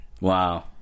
Wow